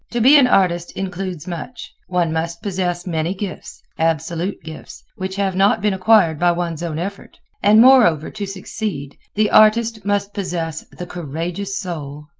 to be an artist includes much one must possess many gifts absolute gifts which have not been acquired by one's own effort. and, moreover, to succeed, the artist must possess the courageous soul.